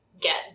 get